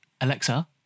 Alexa